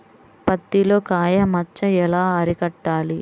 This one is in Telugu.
పత్తిలో కాయ మచ్చ ఎలా అరికట్టాలి?